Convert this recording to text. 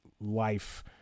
life